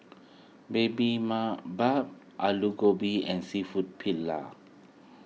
Baby Alu Gobi and Seafood Paella